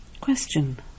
Question